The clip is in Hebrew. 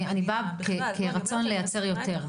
אני באה מרצון לייצר יותר.